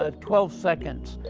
ah twelve seconds.